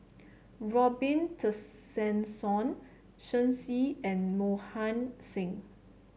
Robin Tessensohn Shen Xi and Mohan Singh